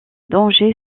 danger